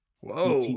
Whoa